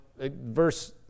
verse